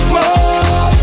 More